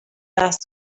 دست